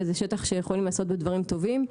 וזה שטח שיכולים לעשות בו דברים טובים.